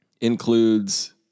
includes